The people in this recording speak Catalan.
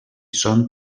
són